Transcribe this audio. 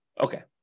Okay